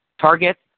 Targets